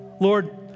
Lord